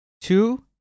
two